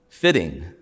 Fitting